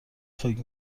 فکر